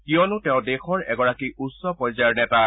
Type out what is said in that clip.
কিয়নো তেওঁ দেশৰ এগৰাকী উচ্চ পৰ্যায়ৰ নেতা